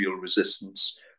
resistance